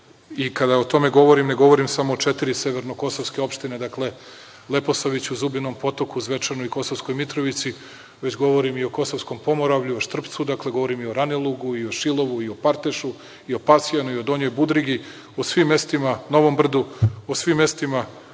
Kada o tome govorim, ne govorim samo o četiri severnokosovske opštine, dakle, Leposaviću, Zubinom Potoku, Zvečanu i Kosovskoj Mitrovici, već govorim i o Kosovskom Pomoravlju, Štrpcu, dakle, govorim i o Ranilugu i o Šilovu i o Partešu i o Pasjanu i o Donjoj Budrigi, Novom Brdu, o svim mestima